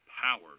power